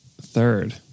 Third